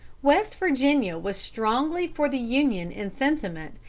west virginia was strongly for the union in sentiment,